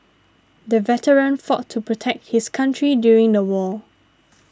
the veteran fought to protect his country during the war